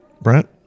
Brent